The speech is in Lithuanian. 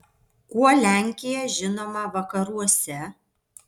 kuo lenkija žinoma vakaruose